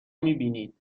میبینید